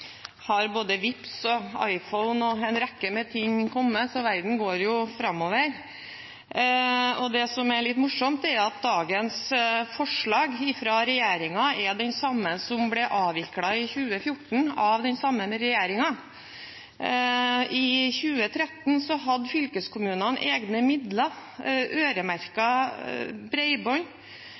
har både Vipps og iPhone og en rekke ting kommet, så verden går jo framover. Det som er litt morsomt, er at dagens forslag fra regjeringen er det samme som det som ble avviklet i 2014, av den samme regjeringen. I 2013 hadde fylkeskommunene egne midler